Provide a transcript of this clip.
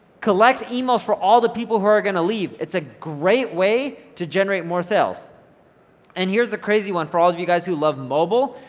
collect emails for all the people who are gonna leave, it's a great way to generate more sales and here's the crazy one for all of you who love mobile.